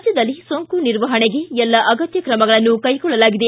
ರಾಜ್ಯದಲ್ಲಿ ಸೋಂಕು ನಿರ್ವಹಣೆಗೆ ಎಲ್ಲ ಅಗತ್ಯ ಕ್ರಮಗಳನ್ನು ಕೈಗೊಳ್ಳಲಾಗಿದೆ